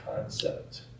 concept